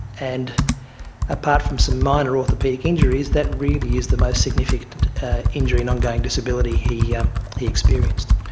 and apart from some minor orthopaedic injuries, that really is the most significant injury and ongoing disability he yeah he experienced.